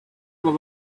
are